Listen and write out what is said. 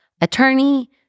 attorney